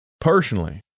personally